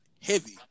heavy